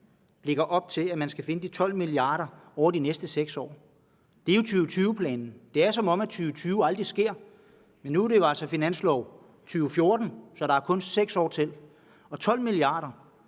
lægger op til, at man skal finde de 12 mia. kr. over de næste 6 år. Det er jo 2020-planen. Det er, som om 2020 aldrig sker. Men nu er det jo altså finansloven for 2014, så der er kun 6 år til. 12 mia. kr.